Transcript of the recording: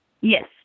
Yes